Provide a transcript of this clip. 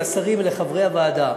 לשרים ולחברי הוועדה: